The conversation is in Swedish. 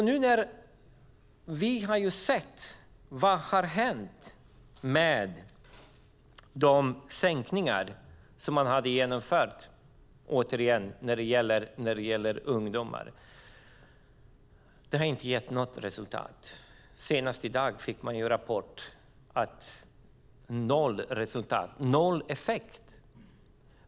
Nu har vi sett vad som har hänt med de sänkningar man har genomfört när det gäller ungdomar. Det har inte gett något resultat. Senast i dag fick vi en rapport om att det är ett nollresultat. Det är noll effekt.